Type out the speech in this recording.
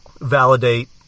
validate